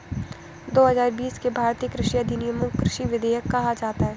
दो हजार बीस के भारतीय कृषि अधिनियमों को कृषि विधेयक कहा जाता है